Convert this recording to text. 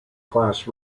class